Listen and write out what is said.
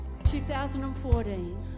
2014